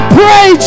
pray